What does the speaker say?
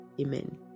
Amen